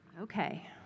Okay